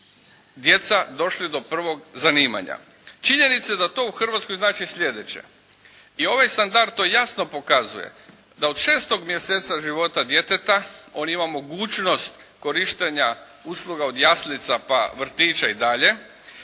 djeca došli do prvog zanimanja. Činjenica je da to u Hrvatskoj znači sljedeće i ovaj standard to jasno pokazuje, da od 6. mjeseca života djeteta, on ima mogućnost korištenja usluga od jaslica pa vrtića i dalje,